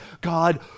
God